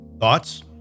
Thoughts